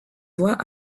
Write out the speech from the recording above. voix